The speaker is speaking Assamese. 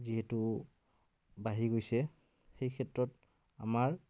যিহেতু বাঢ়ি গৈছে সেই ক্ষেত্ৰত আমাৰ